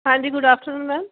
ਹਾਂਜੀ good afternoon ma'am